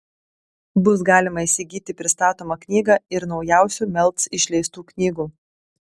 bus galima įsigyti pristatomą knygą ir naujausių melc išleistų knygų